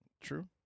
True